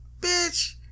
Bitch